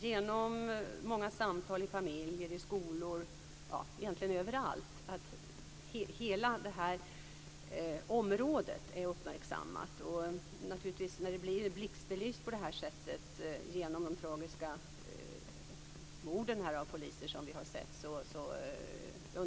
genom många samtal i familjer, i skolor och överallt annars uppmärksammar hela området. Dessa frågor understryks ytterligare när de kommit i blixtbelysning på grund av de tragiska morden på poliserna.